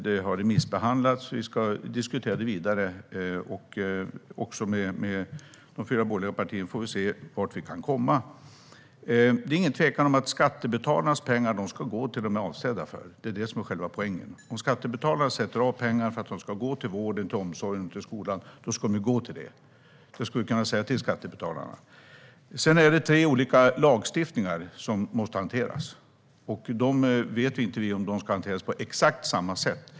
Det har remissbehandlats, och vi ska diskutera det vidare också med de fyra borgerliga partierna, så får vi se vart vi kan komma. Det är ingen tvekan om att skattebetalarnas pengar ska gå till det som de är avsedda för. Det är det som är själva poängen. Om skattebetalarna sätter av pengar för att de ska gå till vård, omsorg och skola ska pengarna gå till det. Det ska vi kunna säga till skattebetalarna. Sedan är det tre olika lagstiftningar som måste hanteras, och vi vet inte om de ska hanteras på exakt samma sätt.